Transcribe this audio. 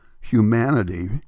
humanity